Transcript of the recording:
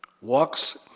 walks